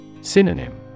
Synonym